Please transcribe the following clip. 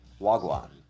Wagwan